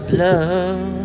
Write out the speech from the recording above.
love